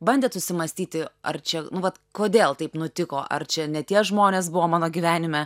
bandėt susimąstyti ar čia nu vat kodėl taip nutiko ar čia ne tie žmonės buvo mano gyvenime